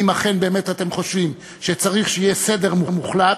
אם אכן אתם באמת חושבים שצריך שיהיה סדר מוחלט,